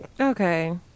okay